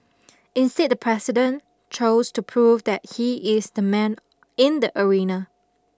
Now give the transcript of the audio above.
instead the president chose to prove that he is the man in the arena